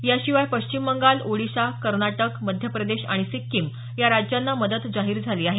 याशिवाय पश्चिम बंगाल ओडिशा कर्नाटक मध्य प्रदेश आणि सिक्कीम या राज्यांना मदत जाहीर झाली आहे